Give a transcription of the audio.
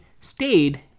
stayed